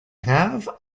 have